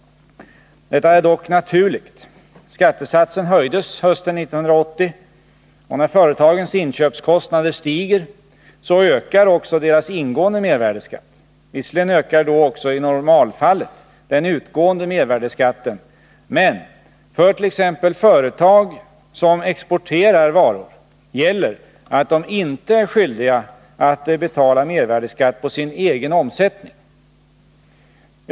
Detta är dock naturligt. Skattesatsen höjdes hösten 1980. När företagets inköpskostnader stiger ökar också deras ingående mervärdeskatt. Visserligen ökar då också i normalfallet den gäller att de inte är skyldiga att betala mervärdeskatt på sin egen omsättning.